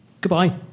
Goodbye